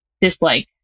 dislike